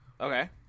Okay